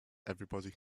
everybody